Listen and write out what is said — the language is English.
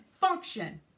function